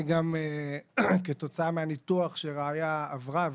וכתוצאה מהניתוח שרעיה עברה,